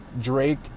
Drake